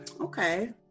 Okay